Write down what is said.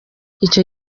icyo